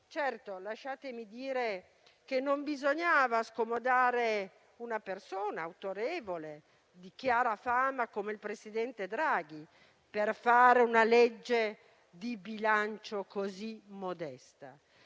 Lasciatemi dire che non bisognava certamente scomodare una persona autorevole e di chiara fama come il presidente Draghi per fare una legge di bilancio così modesta,